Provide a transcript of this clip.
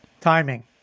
Timing